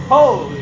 Holy